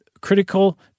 critical